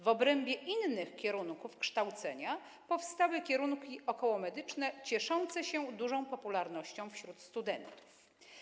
W obrębie innych kierunków kształcenia powstały kierunki okołomedyczne cieszące się dużą popularnością wśród studentów.